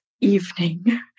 evening